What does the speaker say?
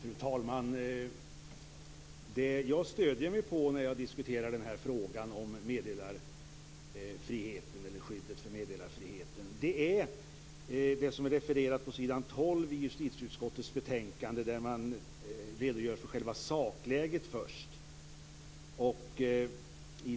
Fru talman! Det jag stöder mig på när jag diskuterar den här frågan om skyddet för meddelarfriheten är det som refereras på s. 12 i justitieutskottets betänkande, där man först redogör för själva sakläget.